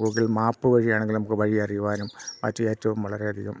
Google map വഴിയാണെങ്കിൽ നമുക്ക് വഴി അറിയുവാനും മറ്റ് ഏറ്റവും വളരെയധികം